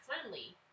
friendly